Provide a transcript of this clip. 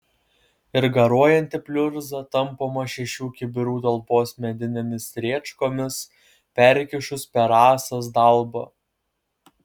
ir garuojanti pliurza tampoma šešių kibirų talpos medinėmis rėčkomis perkišus per ąsas dalbą